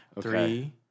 Three